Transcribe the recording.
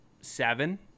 seven